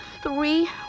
three